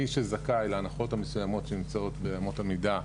מי שזכאי להנחות המסוימות שנמצאות באמות המידה,